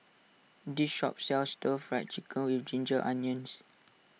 this shop sells Stir Fry Chicken with Ginger Onions